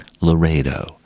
Laredo